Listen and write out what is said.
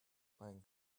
playing